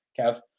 Kev